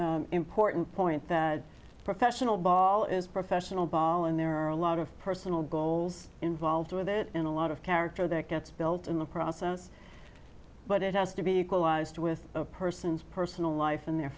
bob important point that professional ball is professional ball and there are a lot of personal goals involved with it in a lot of character that gets built in the process but it has to be equalized with a person's personal life and their